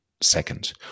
second